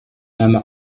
name